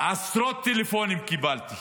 עשרות טלפונים קיבלתי,